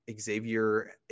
Xavier